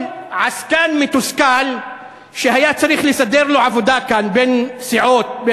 כל עסקן מתוסכל שהיה צריך לסדר לו עבודה כאן בין סיעות,